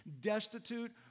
destitute